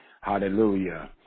Hallelujah